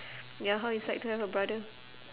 ya how it's like to have a brother